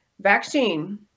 vaccine